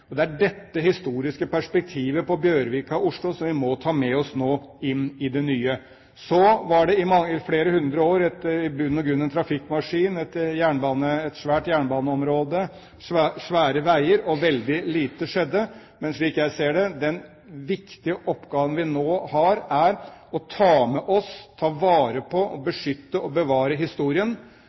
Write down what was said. Det er dette historiske perspektivet på Bjørvika og Oslo som vi nå må ta med oss inn i det nye. Så var området i flere hundre år i bunn og grunn en trafikkmaskin; et svært jernbaneområde og svære veier, og veldig lite skjedde. Men slik jeg ser det: Den viktige oppgaven vi nå har, er å ta med oss, ta vare på og beskytte og bevare historien,